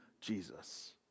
Jesus